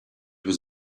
was